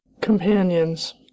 companions